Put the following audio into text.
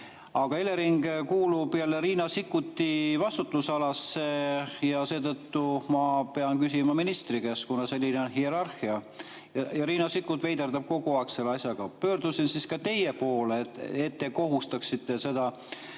Aga Elering kuulub jälle Riina Sikkuti vastutusalasse. Seetõttu ma pean küsima ministri käest, kuna selline on hierarhia. Riina Sikkut veiderdab kogu aeg selle asjaga. Pöördusin siis ka teie poole, et te kohustaksite Riina